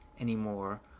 anymore